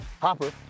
Hopper